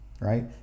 right